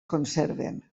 conserven